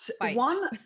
one